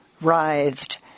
writhed